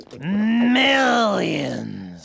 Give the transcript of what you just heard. Millions